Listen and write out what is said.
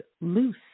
loose